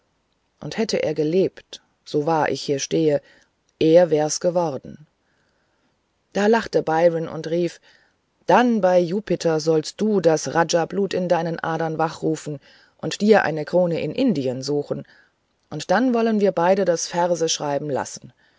und hätte er gelebt so wahr ich hier stehe er wär's geworden da lachte byron und rief dann bei jupiter sollst du das rajablut in deinen adern wachrufen und dir eine krone in indien suchen und dann wollen wir beide das verseschreiben lassen